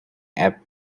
app